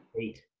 Eight